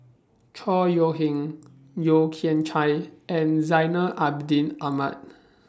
Chor Yeok Eng Yeo Kian Chai and Zainal Abidin Ahmad